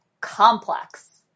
complex